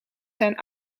zijn